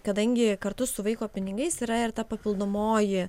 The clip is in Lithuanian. kadangi kartu su vaiko pinigais yra ir ta papildomoji